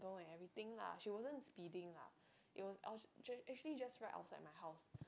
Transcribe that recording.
and everything lah she wasn't speeding lah it was actually just right outside my house